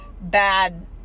bad